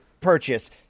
purchase